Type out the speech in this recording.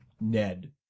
Ned